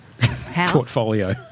portfolio